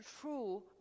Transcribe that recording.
true